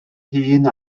hun